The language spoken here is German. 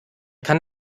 kann